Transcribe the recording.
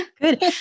Good